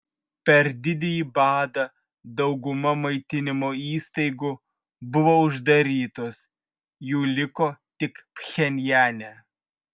per didįjį badą dauguma maitinimo įstaigų buvo uždarytos jų liko tik pchenjane